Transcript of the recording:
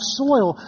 soil